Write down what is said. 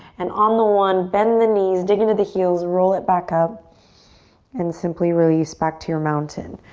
and on the one, bend the knees, dig into the heels, roll it back up and simply release back to your mountain.